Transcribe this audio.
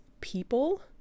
people